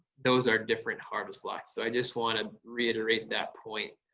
those are different harvest lots. so i just want to reiterate that point.